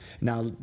Now